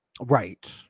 right